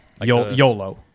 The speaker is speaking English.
YOLO